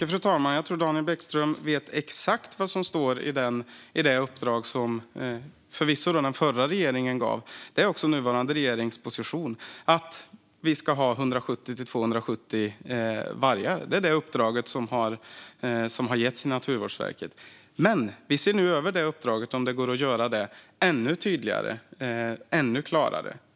Fru talman! Jag tror att Daniel Bäckström vet exakt vad som står i det uppdrag som regeringen, förvisso den förra, gav. Det är också nuvarande regerings position - att vi ska ha 170-270 vargar. Det är det uppdrag som har getts till Naturvårdsverket. Men vi ser nu över det uppdraget för att se om det kan göras ännu tydligare och klarare.